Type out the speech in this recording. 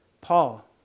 Paul